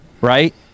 right